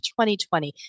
2020